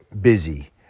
busy